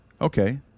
okay